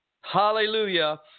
hallelujah